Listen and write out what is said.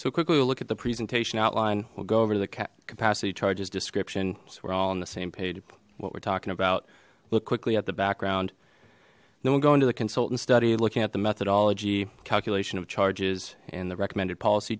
so quickly we'll look at the presentation outline we'll go over to the capacity charges description so we're all on the same page what we're talking about look quickly at the background then we'll go into the consultant study looking at the methodology calculation of charges and the recommended policy